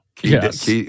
Yes